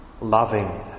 loving